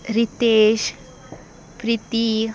Ritesh Priti